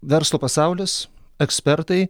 verslo pasaulis ekspertai